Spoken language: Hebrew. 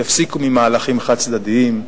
יפסיקו מהלכים חד-צדדיים,